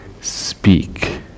speak